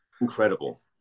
incredible